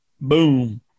boom